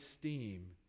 esteem